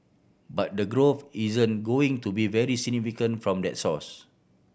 but the growth isn't going to be very significant from that source